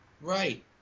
Right